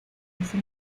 reduce